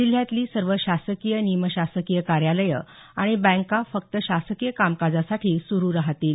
जिल्ह्यातली सर्व शासकीय निमशासकीय कार्यालयं आणि बँका फक्त शासकीय कामकाजासाठी सुरू राहतील